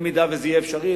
אם זה יהיה אפשרי,